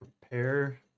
Prepare